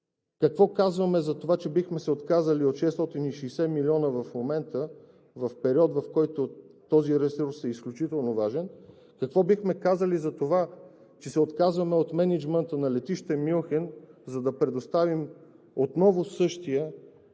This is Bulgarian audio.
Какво казваме за това, че бихме се отказали от 660 милиона в момента – в период, в който този ресурс е изключително важен? Какво бихме казали за това, че се отказваме от мениджмънта на летище Мюнхен, за да предоставим отново същия